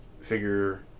figure